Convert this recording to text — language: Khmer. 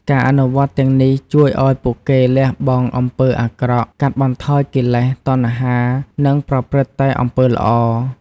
ការអនុវត្តទាំងនេះជួយឱ្យពួកគេលះបង់អំពើអាក្រក់ កាត់បន្ថយកិលេស តណ្ហា និងប្រព្រឹត្តតែអំពើល្អ។